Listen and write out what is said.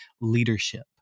leadership